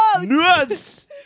Nuts